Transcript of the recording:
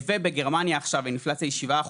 בגרמניה עכשיו האינפלציה היא 7%,